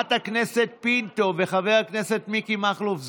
חברת הכנסת פינטו וחבר הכנסת מיקי מכלוף זוהר,